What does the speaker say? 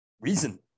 reason